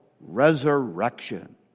resurrection